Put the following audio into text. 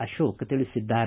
ಅರೋಕ ತಿಳಿಸಿದ್ದಾರೆ